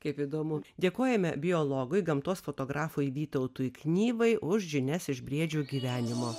kaip įdomu dėkojame biologui gamtos fotografui vytautui knyvai už žinias iš briedžių gyvenimo